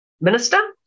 minister